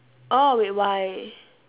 orh wait why